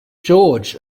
george